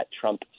Trump